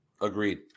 Agreed